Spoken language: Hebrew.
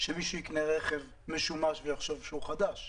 שמישהו יקנה רכב משומש ויחשוב שהוא חדש.